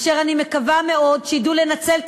אשר אני מקווה מאוד שידעו לנצל את